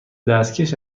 دستکش